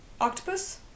octopus